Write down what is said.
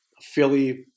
Philly